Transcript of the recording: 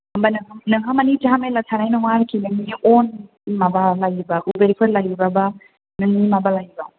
होमब्ला नों नोंहा माने जामेला थानाय नङा आरोखि नोंनि अन माबा लायोब्ला उबेरफोर लायोब्ला बा नों माबा लायोब्ला